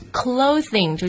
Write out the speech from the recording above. clothing